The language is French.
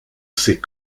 ses